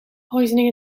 poisoning